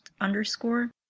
underscore